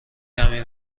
کمی